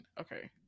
Okay